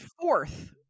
fourth